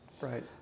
Right